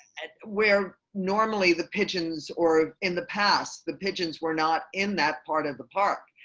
and where normally the pigeons, or in the past the pigeons. we're not in that part of the park.